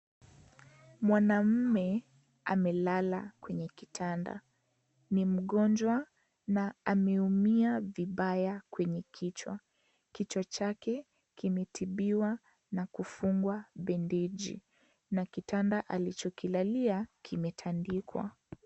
Mwanamume amelala kwenye kitanda. Ni mgonjwa na ameumia vibaya kwenye kichwa. Kichwa chake kimetibiwa na kufungwa bandeji na kitanda alichokilalia kimetandikwa.